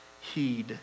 heed